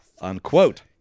Unquote